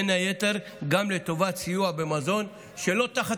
בין היתר גם לטובת סיוע במזון שלא תחת